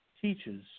teaches